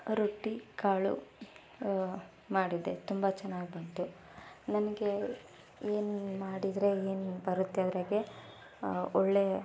ರೊಟ್ಟಿ ಕಾಳು ಮಾಡಿದ್ದೆ ತುಂಬ ಚೆನ್ನಾಗಿ ಬಂತು ನನಗೆ ಏನು ಮಾಡಿದರೆ ಏನು ಬರುತ್ತೆ ಅದರಾಗೆ ಒಳ್ಳೆಯ